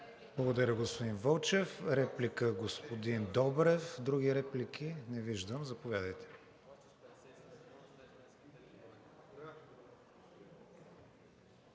Благодаря, господин Вълчев. Реплика – господин Добрев. Други реплики не виждам. Заповядайте.